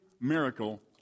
miracle